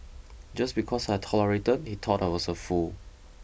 just because I tolerated he thought I was a fool